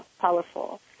powerful